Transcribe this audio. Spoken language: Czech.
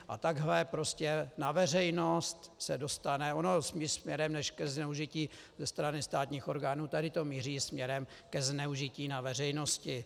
A takhle prostě na veřejnost se dostane ono spíš než ke zneužití ze strany státních orgánů tady to míří směrem ke zneužití na veřejnosti.